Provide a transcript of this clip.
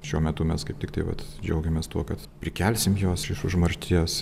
šiuo metu mes kaip tiktai vat džiaugiamės tuo kad prikelsim juos iš užmaršties